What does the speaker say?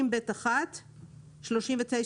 מספרמספרפירוט נוסף לעבירהדרגת סידוריהתקנההקנס